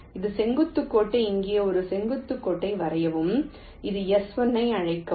ஒரு செங்குத்து கோட்டை இங்கே ஒரு செங்குத்து கோட்டை வரையவும் இந்த S1 ஐ அழைக்கவும்